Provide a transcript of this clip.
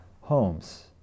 homes